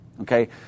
Okay